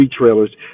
trailers